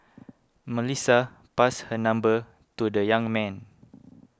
Melissa passed her number to the young man